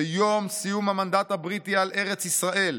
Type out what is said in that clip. ביום סיום המנדט הבריטי על ארץ ישראל,